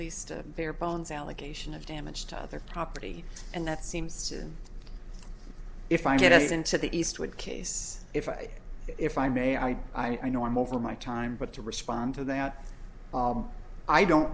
system bare bones allegation of damage to other property and that seems to me if i get into the eastwood case if i if i may i i know i'm over my time but to respond to that i don't